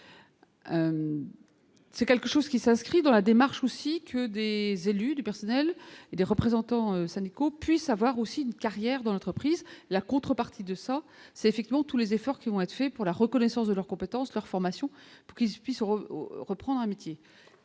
C'est quelque chose qui s'inscrit dans la démarche aussi que des élus du personnel et des représentants syndicaux puissent avoir aussi une carrière dans l'entreprise, la contrepartie de ça c'est effectivement tous les efforts qui vont être faits pour la reconnaissance de leurs compétences, leur formation prise depuis son reprend un métier